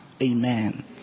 Amen